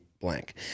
Blank